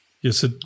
Yes